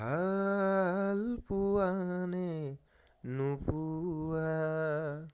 ভাল পোৱানে